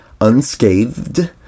unscathed